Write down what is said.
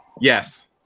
Yes